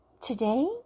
Today